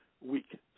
week